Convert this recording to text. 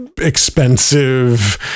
expensive